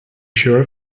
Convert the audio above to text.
sure